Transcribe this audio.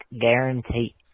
guarantee